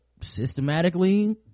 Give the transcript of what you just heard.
systematically